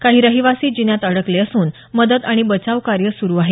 काही रहिवासी जिन्यात अडकले असून मदत आणि बचाव कार्य सुरु आहे